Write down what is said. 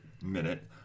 minute